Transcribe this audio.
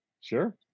Sure